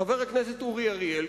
חבר הכנסת אורי אריאל,